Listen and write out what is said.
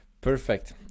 perfect